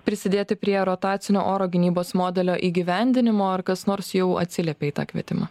prisidėti prie rotacinio oro gynybos modelio įgyvendinimo ar kas nors jau atsiliepė į tą kvietimą